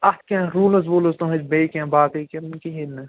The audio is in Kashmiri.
اَتھ کیٚنٛہہ روٗلٕز ووٗلٕز تُہنٛدۍ بیٚیہِ کیٚنٛہہ باقٕے کِنہٕ کِہیٖنۍ نہٕ